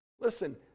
Listen